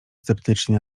sceptyczni